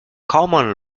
common